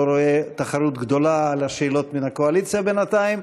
לא רואה תחרות גדולה על השאלות מן הקואליציה בינתיים.